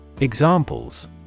Examples